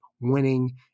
winning